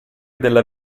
della